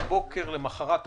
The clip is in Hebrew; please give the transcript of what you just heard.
בבוקר למוחרת הבחירות,